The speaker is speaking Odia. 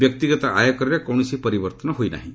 ବ୍ୟକ୍ତିଗତ ଆୟକରରେ କୌଣସି ପରିବର୍ତ୍ତନ ହୋଇ ନାହିଁ